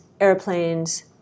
airplanes